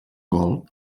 gol